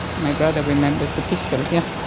my brother remembers the pistol, yeah.